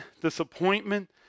disappointment